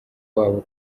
wabo